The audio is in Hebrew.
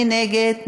מי נגד?